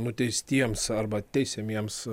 nuteistiems arba teisiamiems